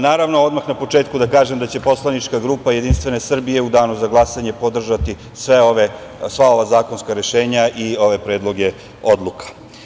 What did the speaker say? Naravno, odmah na početku da kažem da će poslanička grupa JS u danu za glasanje podržati sva ova zakonska rešenja i ove predloge odluka.